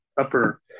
Upper